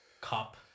cop